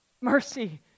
Mercy